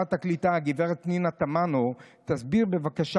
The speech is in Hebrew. ששרת הקליטה גב' פנינה תמנו תסביר בבקשה